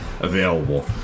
available